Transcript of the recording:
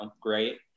great